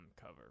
cover